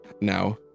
now